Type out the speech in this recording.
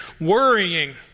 worrying